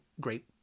great